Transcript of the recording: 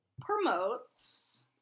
promotes